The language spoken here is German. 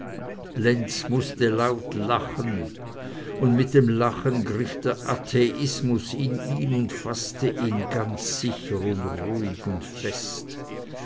lenz mußte laut lachen und mit dem lachen griff der atheismus in ihn und faßte ihn ganz sicher und ruhig und fest